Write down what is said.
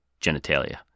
genitalia